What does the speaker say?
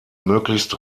möglichst